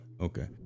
okay